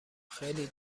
خیلی